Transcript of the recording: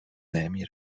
نمی